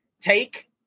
take